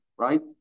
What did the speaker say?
Right